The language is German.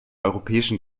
europäischen